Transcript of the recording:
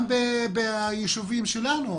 גם ביישובים שלנו,